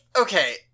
okay